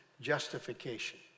justification